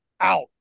out